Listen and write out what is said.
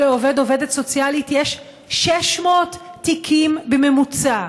לעובד/עובדת סוציאלית יש 600 תיקים בממוצע.